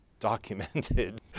Documented